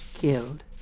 killed